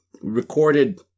recorded